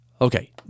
Okay